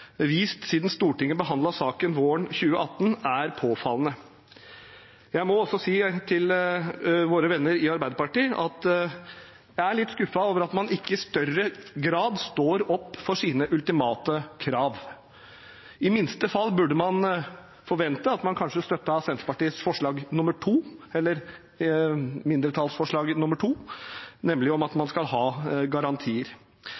vist siden Stortinget behandlet saken våren 2018, er påfallende. Jeg må også si til våre venner i Arbeiderpartiet at jeg er litt skuffet over at man ikke i større grad står opp for sine ultimate krav. I det minste burde man kunne forvente at man kanskje støttet mindretallsforslag nr. 2, nemlig om at man skal ha garantier. Jeg registrerer også at